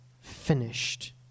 finished